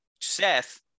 Seth